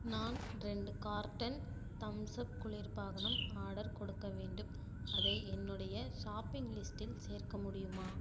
நான் ரெண்டு carton Thums Up குளிர் பானம் ஆடர் கொடுக்க வேண்டும் அதை என்னுடைய ஷாப்பிங் லிஸ்டில் சேர்க்க முடியுமா